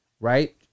right